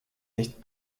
nicht